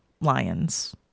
lions